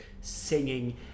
singing